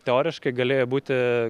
teoriškai galėjo būti